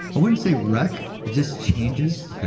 i wouldn't say wreck, it just changes.